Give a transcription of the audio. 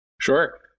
Sure